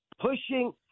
pushing